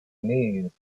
knees